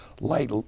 light